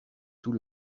tout